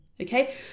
Okay